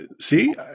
See